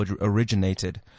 originated